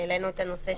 העלינו את הנושא,